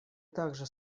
также